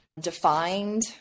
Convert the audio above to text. defined